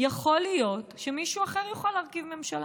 יכול להיות שמישהו אחר יוכל להרכיב ממשלה,